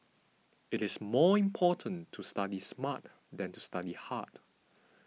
it is more important to study smart than to study hard